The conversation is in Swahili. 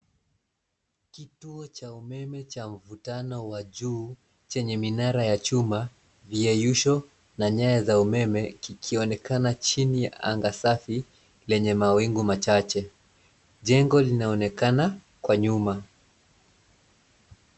Kituo cha umeme cha mvutano wa juu chenye minara ya chuma, viyeyusho na nyaya za umeme kikionekana chini ya anga safi yenye mawingu machache. Jengo linaonekana kwa nyuma.